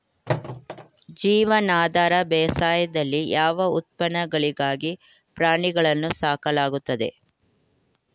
ಜೀವನಾಧಾರ ಬೇಸಾಯದಲ್ಲಿ ಯಾವ ಉತ್ಪನ್ನಗಳಿಗಾಗಿ ಪ್ರಾಣಿಗಳನ್ನು ಸಾಕಲಾಗುತ್ತದೆ?